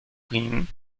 qin